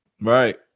Right